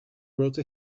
wrote